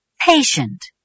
Patient